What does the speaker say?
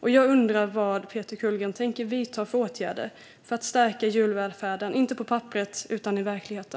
Jag undrar vad Peter Kullgren tänker vidta för åtgärder för att stärka djurvälfärden, inte på papperet utan i verkligheten.